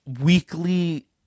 weekly